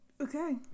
Okay